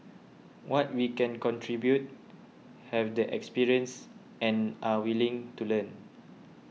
what we can contribute have the experience and are willing to learn